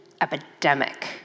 epidemic